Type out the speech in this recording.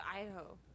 Idaho